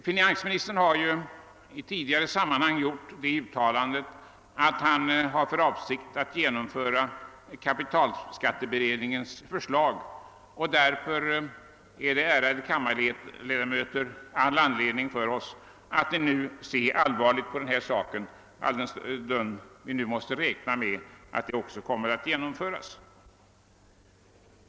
Finansministern har i tidigare sammanhang uttalat att han har för avsikt att framlägga kapitalskatteberedningens förslag, och därför är det all anledning för oss att allvarligt pröva denna sak, eftersom vi måste räkna med att förslaget också kommer att genomföras.